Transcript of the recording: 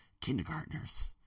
kindergartners